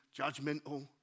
judgmental